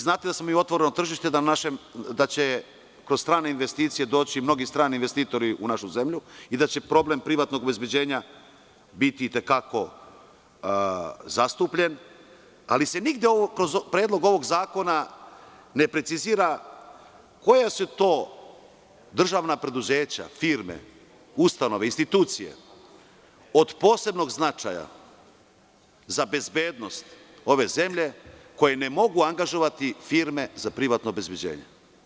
Znate da smo mi otvoreno tržište, da će kroz strane investicije doći mnogi strani investitori u našu zemlju i da će problem privatnog obezbeđenja biti i te kako zastupljen, ali se nigde kroz predlog ovog zakona ne precizira koja državna preduzeća, firme, ustanove, institucije od posebnog značaja za bezbednost ove zemlje, ne mogu angažovati firme za privatno obezbeđenje.